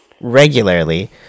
regularly